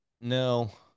no